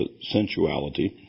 sensuality